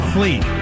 Fleet